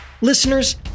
Listeners